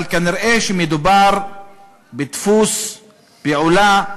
אבל כנראה מדובר בדפוס פעולה,